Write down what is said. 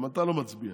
גם אתה לא מצביע.